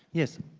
yes,